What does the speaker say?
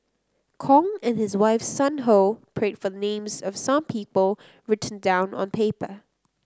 Kong and his wife Sun Ho prayed for names of some people written down on paper